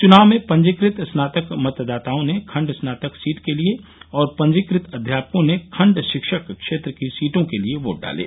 चुनाव में पंजीकृत स्नातक मतदाताओं ने खण्ड स्नातक सीट के लिये और पंजीकृत अध्यापकों ने खण्ड शिक्षक क्षेत्र की सीटों के लिये वोट डाले